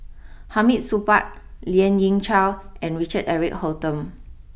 Hamid Supaat Lien Ying Chow and Richard Eric Holttum